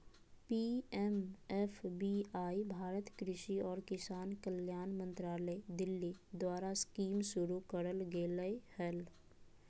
PMFBY Bharat कृषि और किसान कल्याण मंत्रालय दिल्ली द्वारास्कीमशुरू करल गेलय हल